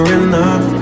enough